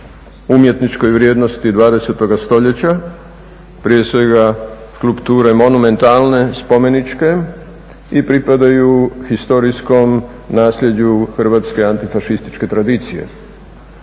umjetničkoj vrijednosti 20. stoljeća, prije svega skulpture monumentalne spomeničke i pripadaju historijskom nasljeđu hrvatske antifašističke tradicije.